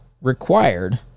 required